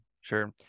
sure